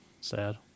Sad